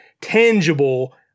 tangible